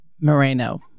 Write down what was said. Moreno